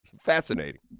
Fascinating